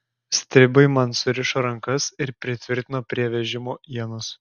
stribai man surišo rankas ir pritvirtino prie vežimo ienos